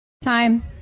Time